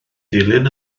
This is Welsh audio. dilyn